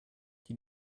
die